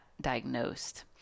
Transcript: diagnosed